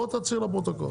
בו תצהיר לפרוטוקול,